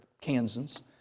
Kansans